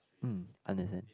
mm understand